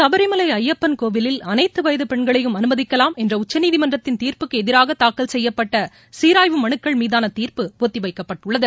சபரிமலை ஐயப்பன் கோவிலில் அனைத்து வயது பெண்களையும் அனுமதிக்கலாம் என்ற உச்சநீதிமன்றத்தின் தீர்ப்புக்கு எதிராக தூக்கல் செய்யப்பட்ட சீராய்வு மனுக்கள் மீதான தீர்ப்பு ஒத்திவைக்கப்பட்டுள்ளது